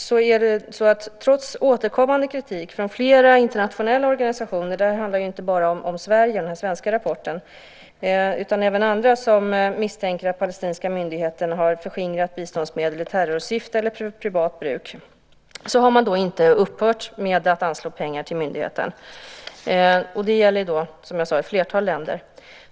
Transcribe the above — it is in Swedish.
Vidare har man, trots återkommande kritik från flera internationella organisationer - den svenska rapporten handlar ju inte bara om Sverige utan även om andra som misstänker att den palestinska myndigheten förskingrat biståndsmedel i terrorsyfte eller för privat bruk - inte upphört att anslå pengar till myndigheten. Det gäller, som jag sade, ett flertal länder.